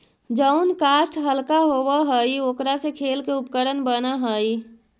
जउन काष्ठ हल्का होव हई, ओकरा से खेल के उपकरण बनऽ हई